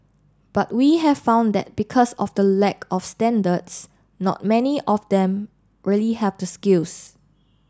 but we have found that because of the lack of standards not many of them really have the skills